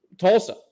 Tulsa